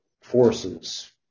forces